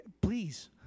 Please